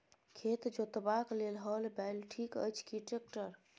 खेत जोतबाक लेल हल बैल ठीक अछि की ट्रैक्टर?